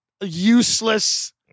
useless